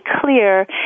clear